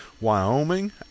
Wyoming